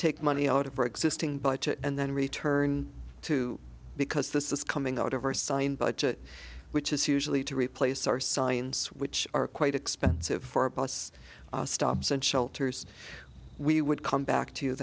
take money out of her existing budget and then return to because this is coming out of our sign budget which is usually to replace our science which are quite expensive for bus stops and shelters we would come back to you